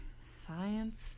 Science